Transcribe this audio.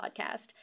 podcast